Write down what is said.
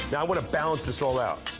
now i wanna balance this all out.